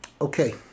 Okay